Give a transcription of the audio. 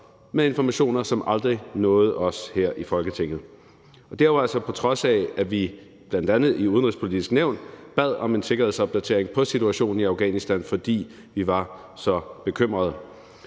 med informationer, som aldrig nåede os her i Folketinget, og det er jo altså på trods af, at vi bl.a. i Det Udenrigspolitiske Nævn bad om en sikkerhedsopdatering på situationen i Afghanistan, fordi vi var så bekymrede.